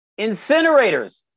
incinerators